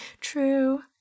True